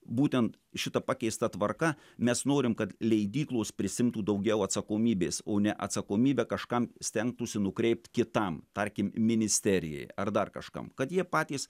būtent šita pakeista tvarka mes norim kad leidyklos prisiimtų daugiau atsakomybės o ne atsakomybę kažkam stengtųsi nukreipt kitam tarkim ministerijai ar dar kažkam kad jie patys